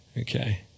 Okay